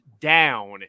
down